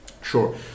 Sure